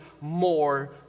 more